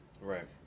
Right